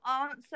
answer